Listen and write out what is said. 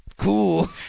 cool